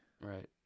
right